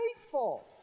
faithful